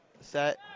set